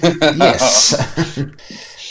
Yes